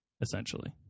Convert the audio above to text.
essentially